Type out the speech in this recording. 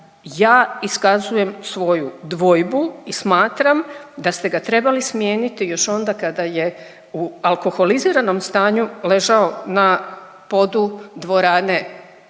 Ja iskazujem svoju dvojbu i smatram da ste ga trebali smijeniti još onda kada je u alkoholiziranom stanju ležao na podu dvorane